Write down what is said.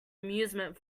amusement